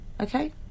okay